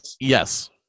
Yes